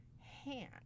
hand